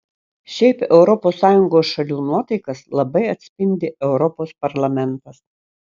šiaip europos sąjungos šalių nuotaikas labai atspindi europos parlamentas